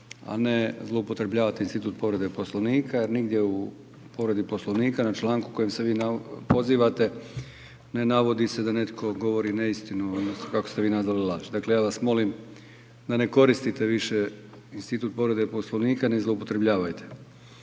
a ne zloupotrebljavati institut povrede Poslovnika jer nigdje u povredi Poslovnika na članku na koji se vi pozivate ne navodi se da netko govori neistinu, odnosno kako ste vi nazvali laž. Dakle, ja vas molim da ne koristite više institut povrede Poslovnika, ne zloupotrebljavajte.